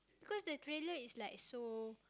because the trailer is like so